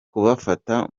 kubafata